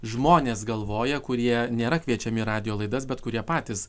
žmonės galvoja kurie nėra kviečiami į radijo laidas bet kurie patys